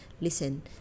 listen